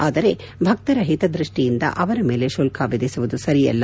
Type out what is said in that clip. ಆದರೆ ಭಕ್ತರ ಹಿತದ್ಖಡ್ಡಿಯಿಂದ ಅವರ ಮೇಲೆ ಶುಲ್ಕ ವಿಧಿಸುವುದು ಸರಿಯಲ್ಲ